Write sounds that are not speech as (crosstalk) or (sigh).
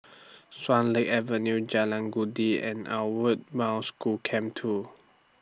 Swan Lake Avenue Jalan (unintelligible) and Outward Bound School Camp two